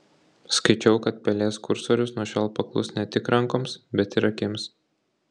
skaičiau kad pelės kursorius nuo šiol paklus ne tik rankoms bet ir akims